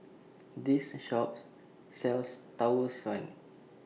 This Shop sells Tau Suan